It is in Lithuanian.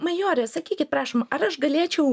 majore sakykit prašom ar aš galėčiau